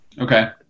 Okay